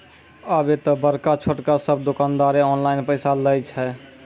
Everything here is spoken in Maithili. आबे त बड़का छोटका सब दुकानदारें ऑनलाइन पैसा लय छै